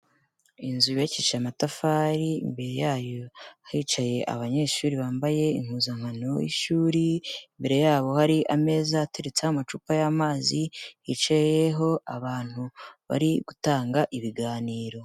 Inzu yubakije amatafari mbere yayo hicaye abanyeshuri bambaye impuzankano y'ishuri, imbere yabo hari ameza ateretseho amacupa y'amazi yicayeho abantu bari gutanga ibiganiro.